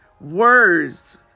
Words